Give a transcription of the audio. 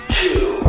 two